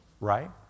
right